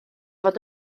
fod